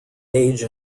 age